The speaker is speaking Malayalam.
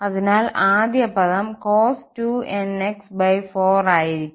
അതിനാൽ ആദ്യ പദം cos 2nx4 ആയിരിക്കും